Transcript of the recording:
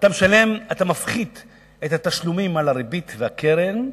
אתה מפחית את התשלומים על הריבית והקרן,